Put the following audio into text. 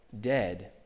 dead